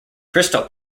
crystal